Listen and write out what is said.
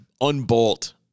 unbolt